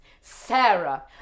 Sarah